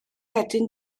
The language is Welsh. wedyn